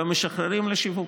ומשחררים לשיווק.